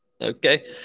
Okay